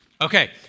Okay